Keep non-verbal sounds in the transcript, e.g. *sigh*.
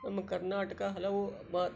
ನಮ್ಮ ಕರ್ನಾಟಕ ಹಲವು *unintelligible*